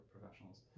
professionals